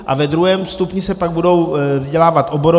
A ve druhém stupni se pak budou vzdělávat oborově.